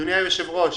אדוני היושב-ראש,